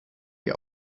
die